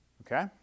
Okay